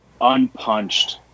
Unpunched